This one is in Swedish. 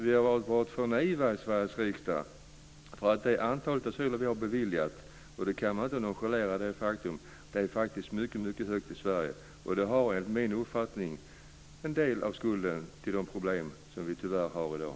Vi har varit för naiva i Sveriges riksdag. Det går inte att nonchalera det faktum att antalet beviljade asyler i Sverige är högt. Det är en del av skulden till en del av de problem vi tyvärr har i dag.